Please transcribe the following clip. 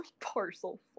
Parcel